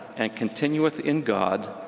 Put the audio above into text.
and continueth in god,